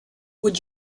would